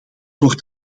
wordt